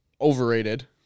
Overrated